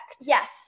Yes